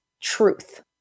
truth